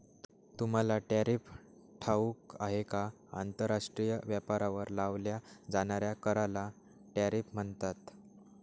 तुम्हाला टॅरिफ ठाऊक आहे का? आंतरराष्ट्रीय व्यापारावर लावल्या जाणाऱ्या कराला टॅरिफ म्हणतात